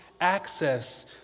access